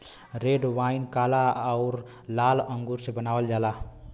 red wine काला आउर लाल अंगूर से बनावल जाला